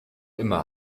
immer